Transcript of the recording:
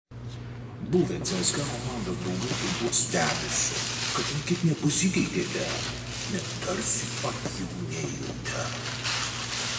buvę cska komandos draugai turbūt stebisi kad nė kiek nepasikeitėte net tarsi atjaunėjote